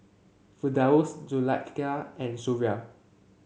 Firdaus Zulaikha and Suria